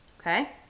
okay